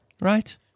Right